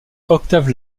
octave